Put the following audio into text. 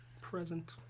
Present